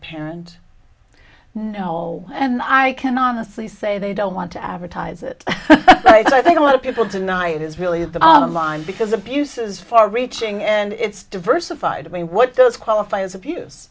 parent no and i can honestly say they don't want to advertise it so i think a lot of people deny it is really the bottom line because abuse is far reaching and it's diversified i mean what does qualify as abuse